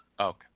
Okay